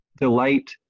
delight